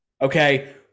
Okay